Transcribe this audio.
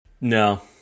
No